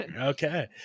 okay